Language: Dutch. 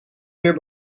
weer